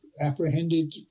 apprehended